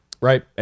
Right